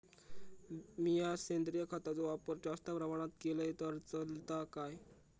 मीया सेंद्रिय खताचो वापर जास्त प्रमाणात केलय तर चलात काय?